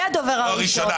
לא, ראשונה.